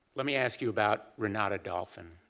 let me ask you about renata dolphin.